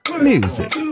music